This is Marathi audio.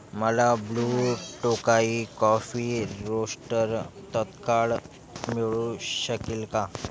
मला ब्लू टोकाई कॉफी रोस्टर तत्काळ मिळू शकेल का